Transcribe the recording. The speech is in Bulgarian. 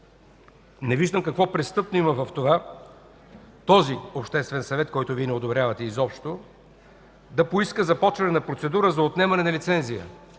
Не виждам какво престъпно има в това този обществен съвет, който Вие изобщо не одобрявате, да иска започване на процедура за отнемане на лицензия?